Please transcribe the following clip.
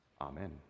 Amen